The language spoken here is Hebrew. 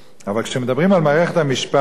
אבל כשמדברים על מערכת המשפט,